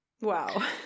Wow